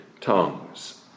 tongues